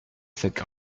cette